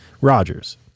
Rogers